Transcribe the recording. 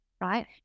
Right